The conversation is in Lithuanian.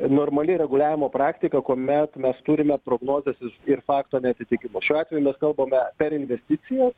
normali reguliavimo praktika kuomet mes turime prognozes ir fakto neatitikimus šiuo atveju mes kalbame per investicijas